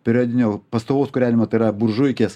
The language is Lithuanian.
periodinio pastovaus kūrenimo tai yra buržuikės